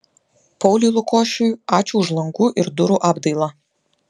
pauliui lukošiui ačiū už langų ir durų apdailą